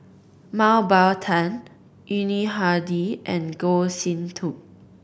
Mah Bow Tan Yuni Hadi and Goh Sin Tub